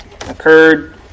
occurred